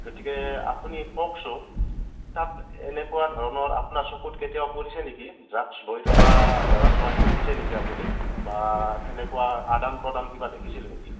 গতিকে আপুনি কওকচোন তাত এনেকুৱা ধৰণৰ আপোনাৰ চকুত কেতিয়াবা পৰিছে নেকি ড্ৰগছ লৈ থকা ল'ৰা ছোৱালী দেখিছে নেকি বা সেনেকুৱা আদান প্ৰদান কিবা দেখিছিল নেকি